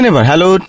Hello